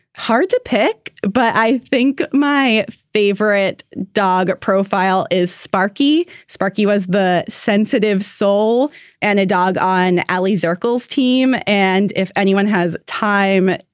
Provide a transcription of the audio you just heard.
hard to pick, but i think my favorite dog profile is sparky sparky was the sensitive soul and a dog on ali zirkle team. and if anyone has time,